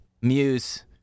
muse